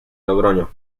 logroño